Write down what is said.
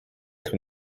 être